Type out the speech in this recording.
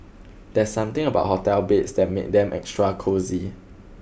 there's something about hotel beds that make them extra cosy